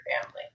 family